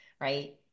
right